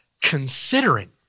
considering